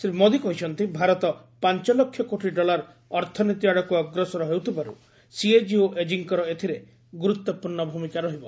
ଶ୍ରୀ ମୋଦୀ କହିଛନ୍ତି ଭାରତ ପାଞ୍ଚ ଲକ୍ଷ କୋଟି ଡଲାର ଅର୍ଥନୀତି ଆଡ଼କୁ ଅଗ୍ରସର ହେଉଥିବାରୁ ସିଏଜି ଓ ଏଜିଙ୍କର ଏଥିରେ ଗୁରୁତ୍ୱପୂର୍ଣ୍ଣ ଭୂମିକା ରହିବ